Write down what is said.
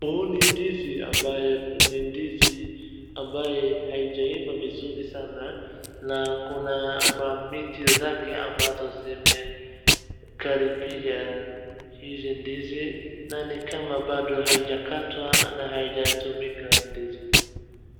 Huu ni ndizi ambaye ni ndizi ambaye haijaiva vizuri sana, na kuna miti zake ambazo zimekaribia hizi mdizi na ni kama bado haijakatwa na haijatumika hii ndizi.